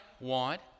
want